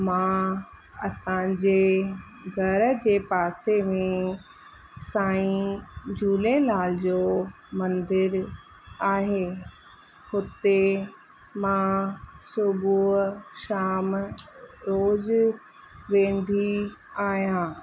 मां असांजे घर जे पासे में साईं झूलेलाल जो मंदरु आहे हुते मां सुबुह शाम रोज़ु वेंदी आहियां